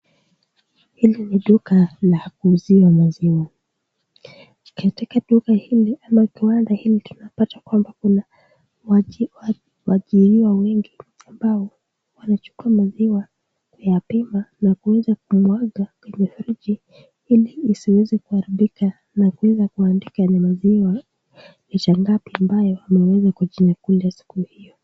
Hili ni duka la kuuzia maziwa, katika duka hili ama kiwanda hili tunapata kwamba kuna waajiriwa wengi ambao wanachukua maziwa kuyapima na kuweza kumwaga kwenye friji ili isiweze kuharibika na kuweza kaundika ni maziwa lita ngapi ambayo wameweza kujinyakulia siku hiyo.